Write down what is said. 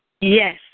Yes